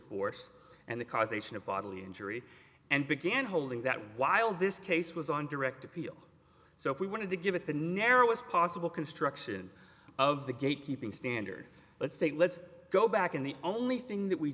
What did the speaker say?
force and the causation of bodily injury and began holding that while this case was on direct appeal so if we wanted to give it the narrowest possible construction of the gatekeeping standard let's say let's go back and the only thing that we